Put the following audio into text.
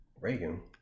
Reagan